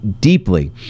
deeply